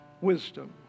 wisdom